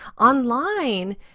online